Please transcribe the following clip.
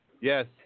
Yes